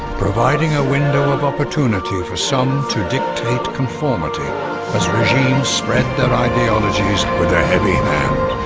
providing a window of opportunity for some to dictate conformity as regimes spread that ideologies with a heavy hand.